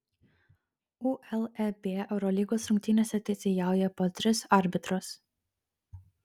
uleb eurolygos rungtynėse teisėjauja po tris arbitrus